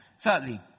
Thirdly